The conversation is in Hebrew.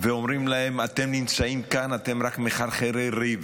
ואומרים להם: אתם נמצאים כאן, אתם רק מחרחרי ריב.